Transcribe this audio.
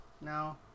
no